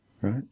right